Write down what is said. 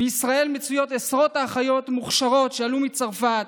בישראל מצויות עשרות אחיות מוכשרות שעלו מצרפת